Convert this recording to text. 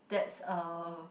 that's uh